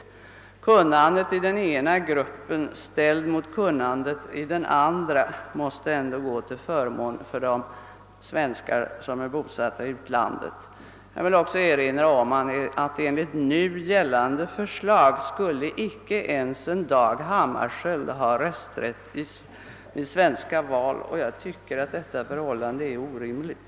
Kunnandet i denna grupp av utlänningar ställt mot kunnandet i gruppen utlandssvenskar måste väl ändå tala till förmån för den grupp av svenskar som är bosatta i utlandet. Jag vill också erinra om att enligt nu gällande förslag skulle inte ens en Dag Hammarskjöld ha rösträtt i svenska val och jag tycker att detta förhållande är orimligt.